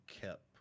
kept